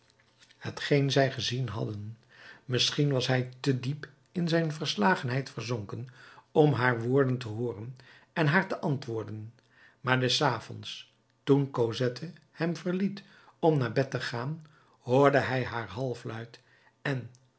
hetgeen zij gezien hadden misschien was hij te diep in zijn verslagenheid verzonken om haar woorden te hooren en haar te antwoorden maar des avonds toen cosette hem verliet om naar bed te gaan hoorde hij haar halfluid en